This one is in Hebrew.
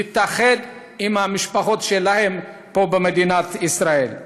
להתאחד עם המשפחות שלהם פה במדינת ישראל.